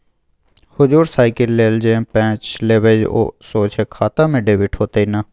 हुजुर साइकिल लेल जे पैंच लेबय ओ सोझे खाता सँ डेबिट हेतेय न